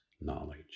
knowledge